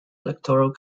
electoral